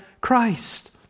Christ